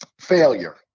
failure